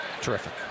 terrific